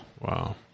Wow